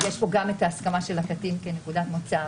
יש פה גם ההסכמה של הקטין כנקודת מוצא.